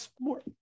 more